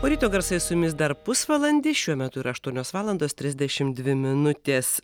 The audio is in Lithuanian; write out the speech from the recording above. o ryto garsai su jumis dar pusvalandį šiuo metu yra aštuonios valandos trisdešim dvi minutės